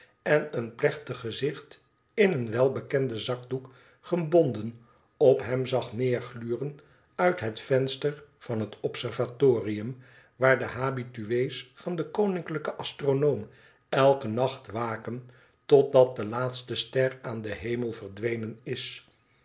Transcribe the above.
en een plechtig gezicht in een welbekenden zakdoek gebonden op hem zag neergluren uit het venster van het observatorium waar de habitué's van den koninklijken astronoom eiken nacht waken totdat de laatste ster aan den hemel verdwenen is